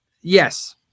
yes